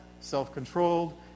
self-controlled